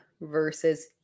versus